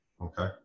Okay